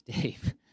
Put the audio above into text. Dave